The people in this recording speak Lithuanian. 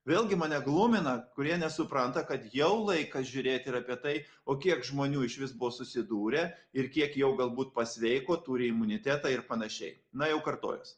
vėlgi mane glumina kurie nesupranta kad jau laikas žiūrėti ir apie tai o kiek žmonių išvis buvo susidūrę ir kiek jau galbūt pasveiko turi imunitetą ir panašiai na jau kartojuosi